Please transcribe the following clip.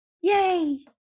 Yay